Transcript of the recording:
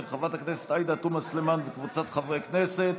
של חברת הכנסת עאידה תומא סלימאן וקבוצת חברי הכנסת.